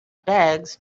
bags